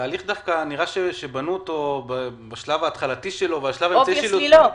דווקא נראה שבנו את התהליך בשלב ההתחלתי שלו --- ברור שלא,